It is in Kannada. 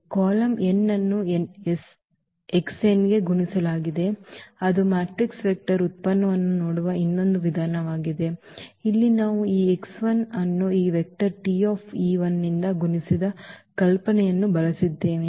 ಕಾಲಮ್ n ಅನ್ನು ಗೆ ಗುಣಿಸಲಾಗುತ್ತದೆ ಅದು ಮ್ಯಾಟ್ರಿಕ್ಸ್ ವೆಕ್ಟರ್ ಉತ್ಪನ್ನವನ್ನು ನೋಡುವ ಇನ್ನೊಂದು ವಿಧಾನವಾಗಿದೆ ಮತ್ತು ಇಲ್ಲಿ ನಾವು ಈ ಅನ್ನು ಈ ವೆಕ್ಟರ್ ನಿಂದ ಗುಣಿಸಿದ ಕಲ್ಪನೆಯನ್ನು ಬಳಸಿದ್ದೇವೆ